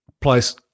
place